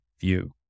view